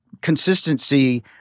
consistency